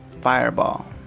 fireball